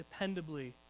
dependably